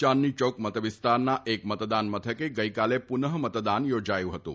ચાંદની ચોક મતવિસ્તારના એક મતદાન મથકે ગઈકાલે પુનઃ મતદાન ચોજાથું ફતું